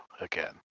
again